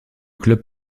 club